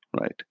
Right